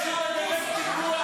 שתוק.